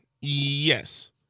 Yes